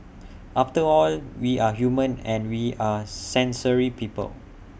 after all we are human and we are sensory people